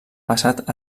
passat